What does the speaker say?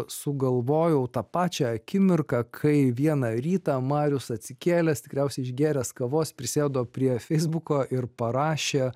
sugalvojau tą pačią akimirką kai vieną rytą marius atsikėlęs tikriausiai išgėręs kavos prisėdo prie feisbuko ir parašė